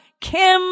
Kim